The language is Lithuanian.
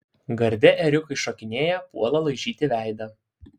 garde ėriukai šokinėja puola laižyti veidą